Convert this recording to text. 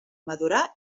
madurar